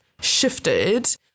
shifted